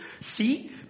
See